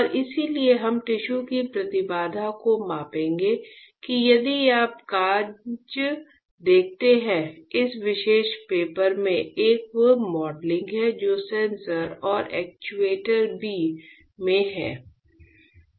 और इसलिए हम टिश्यू की प्रतिबाधा को मापेंगे कि यदि आप कागज देखते हैं इस विशेष पेपर में एक मॉडलिंग है जो सेंसर और एक्ट्यूएटर B में है